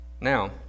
Now